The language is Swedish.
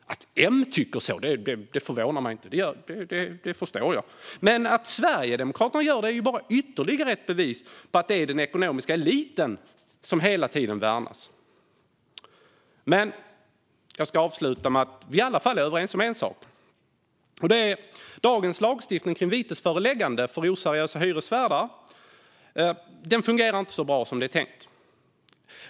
Att M tycker så förvånar mig inte; det förstår jag. Men att Sverigedemokraterna gör det är bara ytterligare ett bevis för att det är den ekonomiska eliten som hela tiden värnas. Men jag ska avsluta med att vi i alla fall är överens om en sak. Dagens lagstiftning kring vitesföreläggande för oseriösa hyresvärdar fungerar inte så bra som det är tänkt.